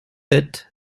sept